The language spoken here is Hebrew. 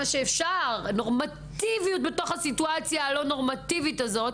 שאפשר בתוך הסיטואציה הלא נורמטיבית הזאת.